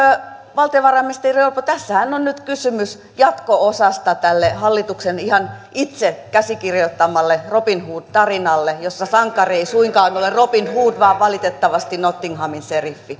valtiovarainministeri orpo tässähän on nyt kysymys jatko osasta tälle hallituksen ihan itse käsikirjoittamalle robinhood tarinalle jossa sankari ei suinkaan ole robin hood vaan valitettavasti nottinghamin seriffi